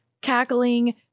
cackling